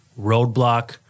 roadblock